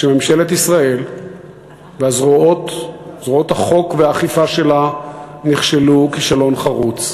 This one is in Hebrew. שממשלת ישראל וזרועות החוק והאכיפה שלה נכשלו כישלון חרוץ.